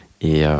Et